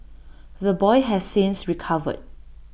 the boy has since recovered